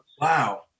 wow